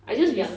I just dis~